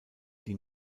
die